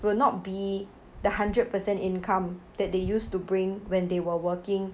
would not be the hundred per cent income that they used to bring when they were working